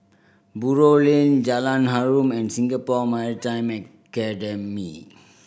Buroh Lane Jalan Harum and Singapore Maritime Academy